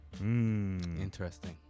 Interesting